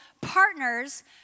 partners